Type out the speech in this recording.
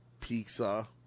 pizza